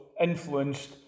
influenced